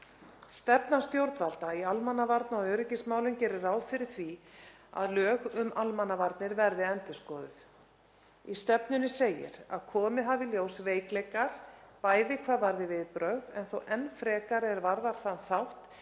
Stefna stjórnvalda í almannavarna- og öryggismálum gerir ráð fyrir því að lög um almannavarnir verði endurskoðuð. Í stefnunni segir að komið hafi í ljós veikleikar, bæði hvað varði viðbrögð en þó enn frekar er varðar þann þátt